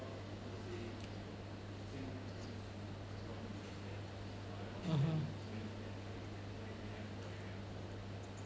mmhmm